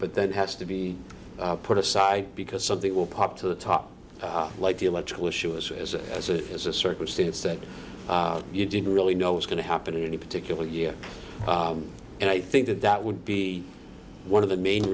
but then has to be put aside because something will pop to the top like the electrical issue is as a as a as a circumstance that you didn't really know was going to happen in any particular year and i think that that would be one of the main